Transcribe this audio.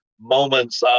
moments